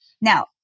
Now